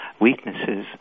weaknesses